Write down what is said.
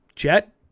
Chet